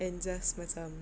and just macam